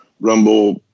Rumble